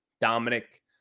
Dominic